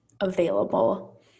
available